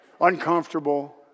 uncomfortable